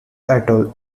atoll